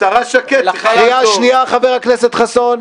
השרה שקד --- קריאה שנייה, חבר הכנסת חסון.